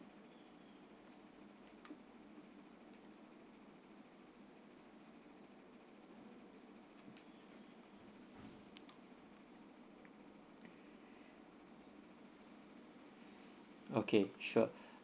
okay sure